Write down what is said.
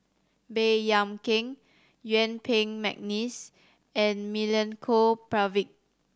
Baey Yam Keng Yuen Peng McNeice and Milenko Prvacki